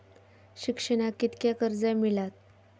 शिक्षणाक कीतक्या कर्ज मिलात?